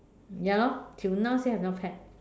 ya lor till now still have not packed